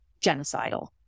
genocidal